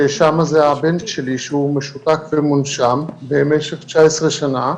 ששם זה הבן שלי, שהוא משותק ומונשם במשך 19 שנה.